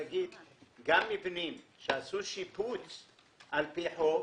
גם מבנים שעשו שיפוץ על פי חוק,